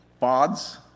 pods